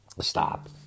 Stop